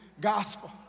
gospel